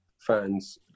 fans